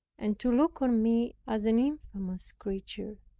and to look on me as an infamous creature,